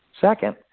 Second